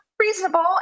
reasonable